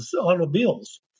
automobiles